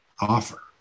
offer